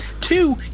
Two